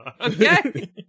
Okay